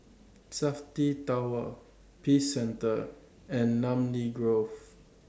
Safti Tower Peace Centre and Namly Grove